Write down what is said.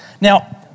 Now